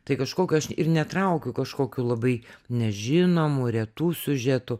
tai kažkokio aš ir netraukiu kažkokių labai nežinomų retų siužetų